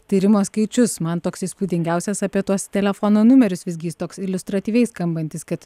tyrimo skaičius man toks įspūdingiausias apie tuos telefono numerius visgi jis toks iliustratyviai skambantis kad